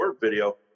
video